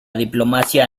diplomacia